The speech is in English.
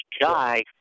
guy